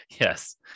Yes